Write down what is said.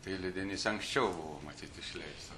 tai leidinys anksčiau buvo matyt išleistas